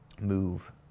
move